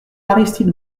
aristide